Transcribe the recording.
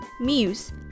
Muse